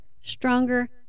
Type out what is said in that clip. stronger